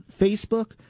Facebook